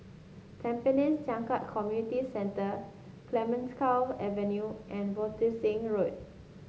Tampines Changkat Community Centre Clemenceau Avenue and Abbotsingh Road